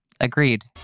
Agreed